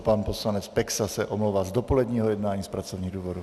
Pan poslanec Peksa se omlouvá z dopoledního jednání z pracovních důvodů.